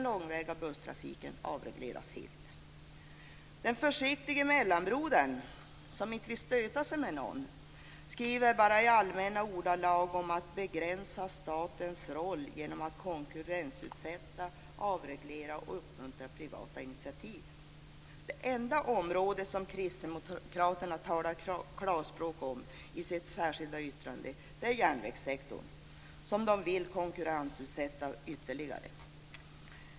Den försiktige mellanbrodern, som inte vill stöta sig med någon, skriver bara i allmänna ordalag om att begränsa statens roll genom att konkurrensutsätta, avreglera och uppmuntra privata initiativ. Det enda område som Kristdemokraterna talar klarspråk om i sitt särskilda yttrande är järnvägssektorn, som de vill konkurrensutsätta ytterligare.